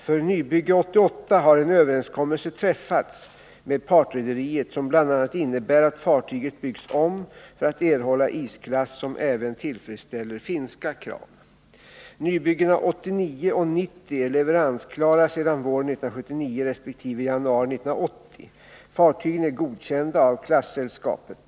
För nybygge 88 har en överenskommelse träffats med partrederiet som bl.a. innebär att fartyget byggs om för att erhålla isklass som även tillfredsställer finska krav. Nybyggena 89 och 90 är leveransklara sedan våren 1979 resp. januari 1980. Fartygen är godkända av klassällskapet.